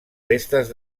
restes